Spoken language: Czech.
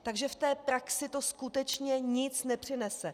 Takže v praxi to skutečně nic nepřinese.